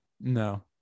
No